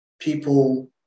people